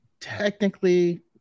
technically